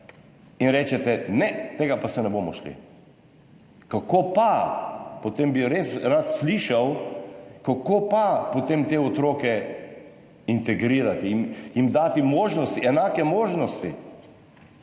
in rečete, ne, tega pa se ne bomo šli. Kako pa? Potem bi res rad slišal, kako pa potem te otroke integrirati in jim dati možnost, enake možnosti.